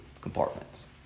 compartments